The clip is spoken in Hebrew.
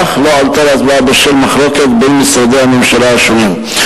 אך לא עלתה להצבעה בשל מחלוקת בין משרדי הממשלה השונים.